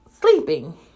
sleeping